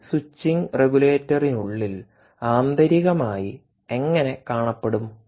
ഈ സ്വിച്ചിംഗ് റെഗുലേറ്ററിനുള്ളിൽ ആന്തരികമായി എങ്ങനെ കാണപ്പെടും